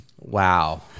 Wow